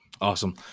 Awesome